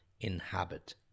inhabit